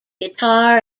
guitar